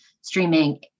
streaming